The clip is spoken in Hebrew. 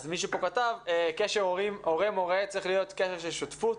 מישהו פה כתב שקשר הורה-מורה צריך להיות קשר של שותפות,